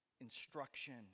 instruction